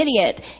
idiot